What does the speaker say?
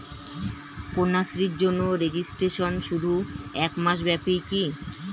কন্যাশ্রীর জন্য রেজিস্ট্রেশন শুধু এক মাস ব্যাপীই কি?